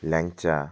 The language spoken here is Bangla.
ল্যাংচা